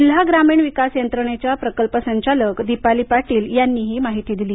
जिल्हा ग्रामीण विकास यंत्रणेच्या प्रकल्प संचालक दीपाली पाटील यांनी हि माहिती दिली